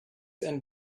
and